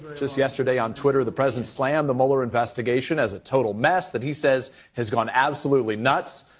just yesterday on twitter the president slammed the mueller investigation as a total mess that he says has gone absolutely nuts.